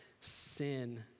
sin